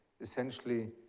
essentially